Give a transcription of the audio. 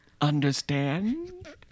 Understand